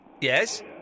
Yes